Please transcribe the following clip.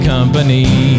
Company